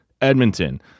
Edmonton